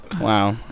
wow